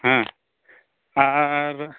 ᱦᱮᱸ ᱟᱨ